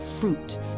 fruit